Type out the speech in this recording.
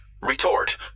Retort